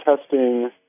testing